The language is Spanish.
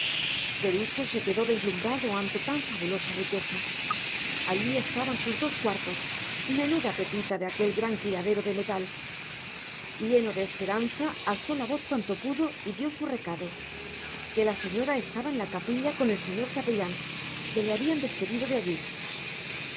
perucho se quedó deslumbrado ante tan fabulosa riqueza allí estaban sus dos cuartos menuda pepita de aquel gran criadero de metal lleno de esperanza alzó la voz cuanto pudo y dio su recado que la señora estaba en la capilla con el señor capellán que le habían despedido de allí